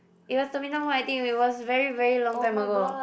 it was Terminal one I think it was very very long time ago